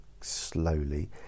slowly